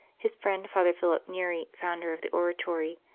his friend father philip neri, founder of the oratory,